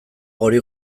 gori